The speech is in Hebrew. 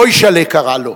מוישל'ה קרא לו,